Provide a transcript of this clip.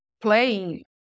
playing